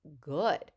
good